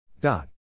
Dot